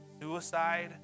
suicide